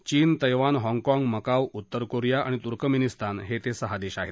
चीन तैवान हाँगकाँग मकाव उत्तर कोरिया आणि तुर्कमेनिस्तान हे ते सहा देश आहेत